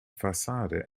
fassade